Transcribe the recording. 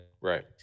Right